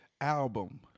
album